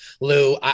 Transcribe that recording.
Lou